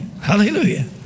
Hallelujah